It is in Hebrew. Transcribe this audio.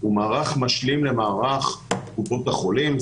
זה גם למעברים הקרקעיים וגם למתחמים השונים לעוד דיגומים פה ושם שצריך